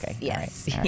Yes